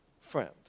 friend